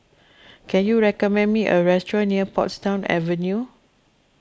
can you recommend me a restaurant near Portsdown Avenue